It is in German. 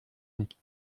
nicht